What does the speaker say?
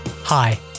Hi